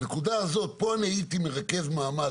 בנקודה הזאת אני הייתי מרכז מאמץ,